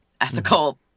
ethical